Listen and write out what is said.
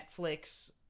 Netflix